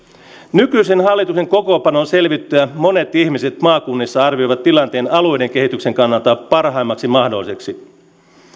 nykyisen hallituksen kokoonpanon selvittyä monet ihmiset maakunnissa arvioivat tilanteen alueiden kehityksen kannalta parhaimmaksi mahdolliseksi